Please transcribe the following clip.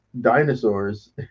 dinosaurs